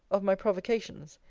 of my provocations,